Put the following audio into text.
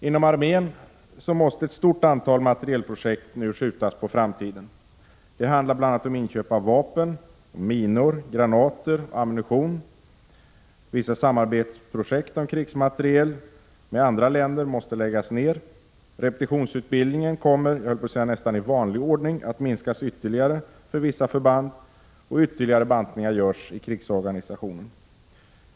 Inom armén måste ett stort antal materielprojekt nu skjutas på framtiden. Det handlar bl.a. om inköp av vapen, minor, granater och ammunition. Vissa projekt om krigsmateriel i samarbete med andra länder måste läggas ned. Repetitionsutbildningen kommer — jag höll på att säga nästan i vanlig ordning — att minskas ännu mer för vissa förband, och ytterligare bantningar görs i krigsorganisationen.